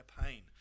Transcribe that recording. pain